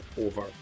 over